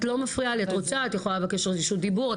את רוצה, את יכולה לבקש רשות דיבור.